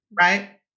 right